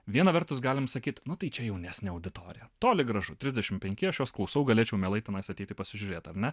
viena vertus galim sakyt nu tai čia jaunesnė auditorija toli gražu trisdešim penki aš jos klausau galėčiau mielai tenais ateiti pasižiūrėt ar ne